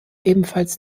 ebenfalls